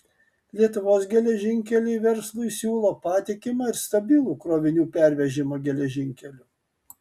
lietuvos geležinkeliai verslui siūlo patikimą ir stabilų krovinių pervežimą geležinkeliu